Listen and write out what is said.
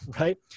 right